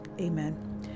amen